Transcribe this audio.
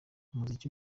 umuziki